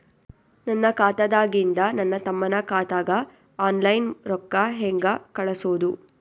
ನನ್ನ ಖಾತಾದಾಗಿಂದ ನನ್ನ ತಮ್ಮನ ಖಾತಾಗ ಆನ್ಲೈನ್ ರೊಕ್ಕ ಹೇಂಗ ಕಳಸೋದು?